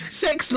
sex